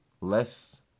less